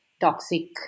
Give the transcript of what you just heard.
toxic